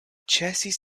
ĉesis